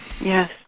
Yes